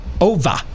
over